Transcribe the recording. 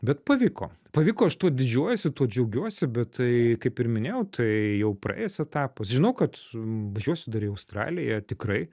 bet pavyko pavyko aš tuo didžiuojuosi tuo džiaugiuosi bet tai kaip ir minėjau tai jau praėjęs etapas žinau kad važiuosiu dar į australiją tikrai